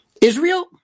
Israel